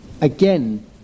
again